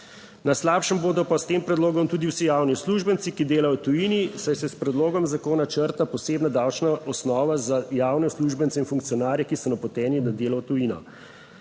Na slabšem bodo pa s tem predlogom tudi vsi javni uslužbenci, ki delajo v tujini, saj se s predlogom zakona črta posebna davčna osnova za javne uslužbence in funkcionarje, ki so napoteni na delo v tujino.